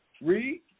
Read